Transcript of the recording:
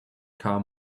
car